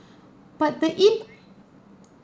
but the in~